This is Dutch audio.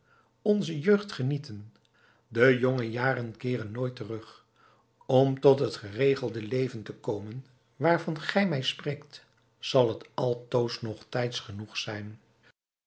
onze jeugd genieten de jonge jaren keeren nooit terug om tot het geregelde leven te komen waarvan gij mij spreekt zal het altoos nog tijds genoeg zijn